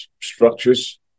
structures